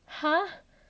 !huh!